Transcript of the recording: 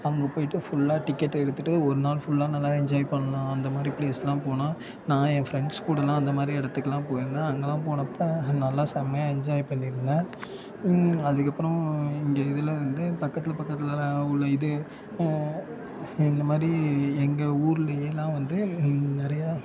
அங்கே போய்ட்டு ஃபுல்லாக டிக்கெட் எடுத்துட்டு ஒரு நாள் ஃபுல்லாக நல்லா என்ஜாய் பண்ணலாம் அந்த மாதிரி பிளேஸ்லாம் போனால் நான் என் ஃப்ரெண்ட்ஸ் கூடலாம் இந்த மாதிரி இடத்துக்குலாம் போய்ருந்தேன் அங்கேலாம் போனப்போ நல்லா செம்மையா என்ஜாய் பண்ணியிருந்தேன் அதுக்கப்புறம் இங்கே இதில் இருந்து பக்கத்தில் பக்கத்தில் உள்ள இது இந்த மாதிரி எங்கள் ஊர்லேலாம் வந்து நிறையா